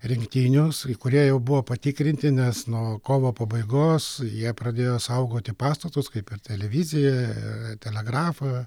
rinktinius kurie jau buvo patikrinti nes nuo kovo pabaigos jie pradėjo saugoti pastatus kaip ir televiziją telegrafą